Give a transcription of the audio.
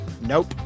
Nope